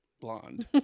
Blonde